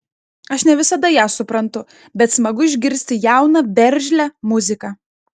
aš ne visada ją suprantu bet smagu išgirsti jauną veržlią muziką